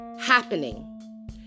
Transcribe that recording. happening